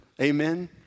Amen